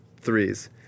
threes